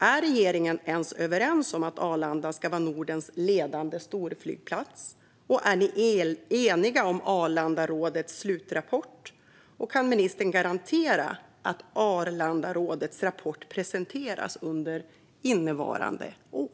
Är man i regeringen ens överens om att Arlanda ska vara Nordens ledande storflygplats? Är man enig om Arlandarådets slutrapport, och kan ministern garantera att Arlandarådets rapport presenteras under innevarande år?